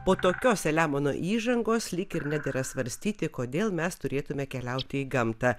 po tokios saliamono įžangos lyg ir nedera svarstyti kodėl mes turėtume keliauti į gamtą